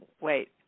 wait